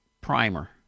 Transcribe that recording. primer